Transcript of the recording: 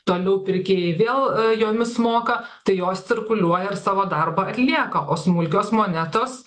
toliau pirkėjai vėl jomis moka tai jos cirkuliuoja ir savo darbą atlieka o smulkios monetos